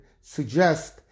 suggest